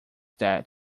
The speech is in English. that